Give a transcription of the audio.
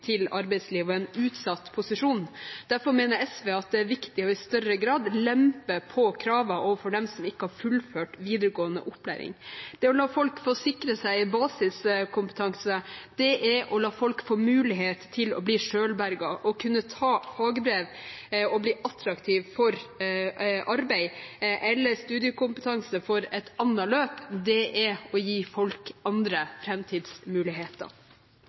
til arbeidslivet og være i en utsatt posisjon. Derfor mener SV at det er viktig i større grad å lempe på kravene overfor dem som ikke har fullført videregående opplæring. Det å la folk få sikre seg basiskompetanse er å la folk få mulighet til å bli selvberget. Det å kunne ta fagbrev og bli attraktiv for arbeid eller studiekompetanse for et annet løp er å gi folk andre